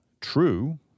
true